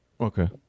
okay